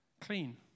Clean